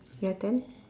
your turn